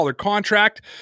contract